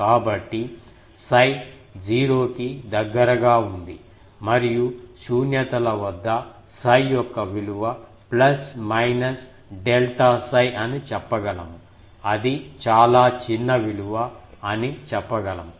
కాబట్టి 𝜓 0 కి దగ్గరగా ఉంది మరియు శూన్యాతల వద్ద 𝜓 యొక్క విలువ ప్లస్ మైనస్ డెల్టా 𝜓 అని చెప్పగలము అది చాలా చిన్న విలువ అని చెప్పగలము